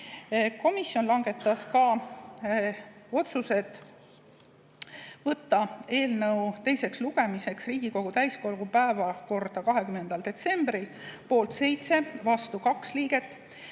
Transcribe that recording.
Komisjon langetas ka otsused võtta eelnõu teiseks lugemiseks Riigikogu täiskogu päevakorda 20. detsembril, poolt 7, vastu 2 liiget;